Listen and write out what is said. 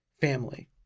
family